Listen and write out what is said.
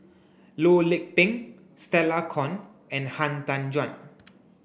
Loh Lik Peng Stella Kon and Han Tan Juan